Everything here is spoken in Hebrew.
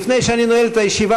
לפני שאני נועל את הישיבה,